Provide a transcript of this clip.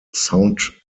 soundtrack